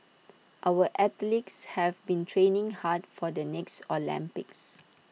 our athletes have been training hard for the next Olympics